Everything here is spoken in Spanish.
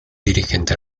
dirigente